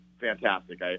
fantastic